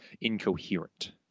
incoherent